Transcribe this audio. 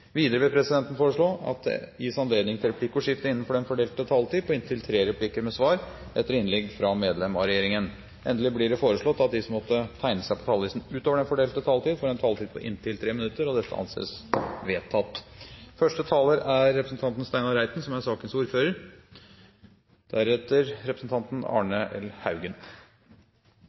Videre vil presidenten foreslå at det gis anledninger til replikkordskifte på inntil tre replikker med svar etter innlegg fra medlem av regjeringen innenfor den fordelte taletid. Videre blir det foreslått at de som måtte tegne seg på talerlisten utover den fordelte taletid, får en taletid på inntil 3 minutter. – Det anses vedtatt. Tove Karoline Knutsen får ordet på vegne av sakens ordfører, Audun Lysbakken, som er